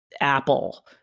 Apple